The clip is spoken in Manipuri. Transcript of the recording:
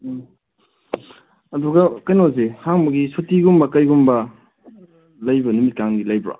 ꯎꯝ ꯑꯗꯨꯒ ꯀꯩꯅꯣꯁꯦ ꯍꯥꯡꯕꯒꯤ ꯁꯨꯇꯤꯒꯨꯝꯕ ꯀꯩꯒꯨꯝꯕ ꯂꯩꯕ ꯅꯨꯃꯤꯠꯀꯥꯗꯤ ꯂꯩꯕ꯭ꯔꯣ